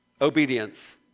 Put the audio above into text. obedience